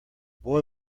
boy